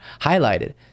highlighted